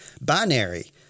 binary